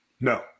No